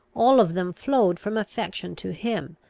all of them flowed from affection to him,